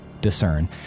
discern